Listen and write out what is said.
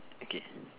okay